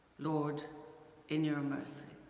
lord in your mercy,